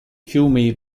fiumi